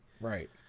Right